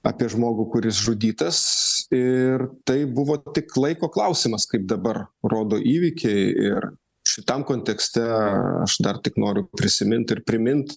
apie žmogų kuris žudytas ir tai buvo tik laiko klausimas kaip dabar rodo įvykiai ir šitam kontekste aš dar tik noriu prisimint ir primint